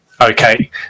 Okay